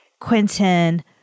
Quentin